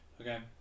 Okay